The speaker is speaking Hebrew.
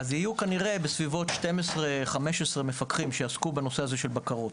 יהיו כנראה בסביבות 15-12 מפקחים שיעסקו בנושא הזה של בקרות.